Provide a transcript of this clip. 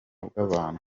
bw’abantu